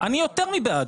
אני יותר מבעד,